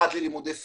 אחת ללימודי שפה,